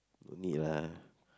no need lah